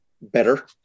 better